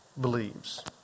believes